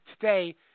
today